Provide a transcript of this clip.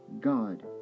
God